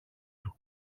του